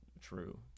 true